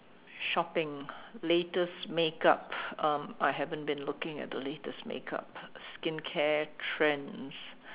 shopping latest makeup um I haven't been looking at the latest makeup skin care trends